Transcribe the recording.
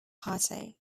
party